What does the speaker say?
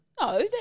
No